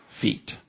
feet